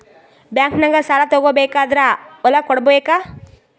ಬ್ಯಾಂಕ್ನಾಗ ಸಾಲ ತಗೋ ಬೇಕಾದ್ರ್ ಹೊಲ ಕೊಡಬೇಕಾ?